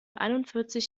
einundvierzig